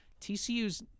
TCU's